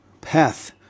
path